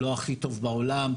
לא הכי טוב בעולם.